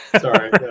Sorry